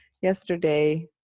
yesterday